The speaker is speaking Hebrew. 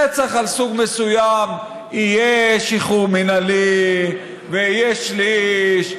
ברצח על סוג מסוים יהיה שחרור מינהלי ויהיה שליש,